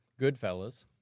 Goodfellas